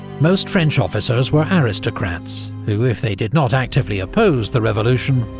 most french officers were aristocrats, who, if they did not actively oppose the revolution,